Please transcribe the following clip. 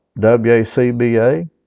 WACBA